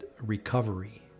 recovery